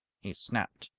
he snapped.